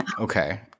Okay